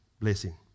blessing